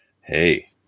Hey